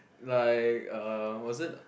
like uh was it